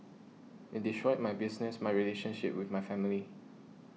it destroyed my business my relationship with my family